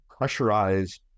pressurize